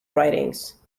writings